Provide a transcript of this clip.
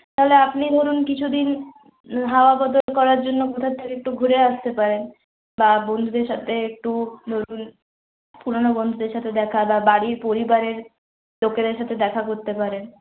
তাহলে আপনি ধরুন কিছুদিন হাওয়া বদল করার জন্য কোথা থেকে একটু ঘুরে আসতে পারেন বা বন্ধুদের সাথে একটু ধরুন পুরনো বন্ধুদের সাথে দেখা বা বাড়ির পরিবারের লোকেদের সাথে দেখা করতে পারেন